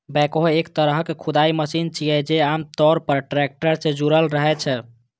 backhoe एक तरहक खुदाइ मशीन छियै, जे आम तौर पर टैक्टर सं जुड़ल रहै छै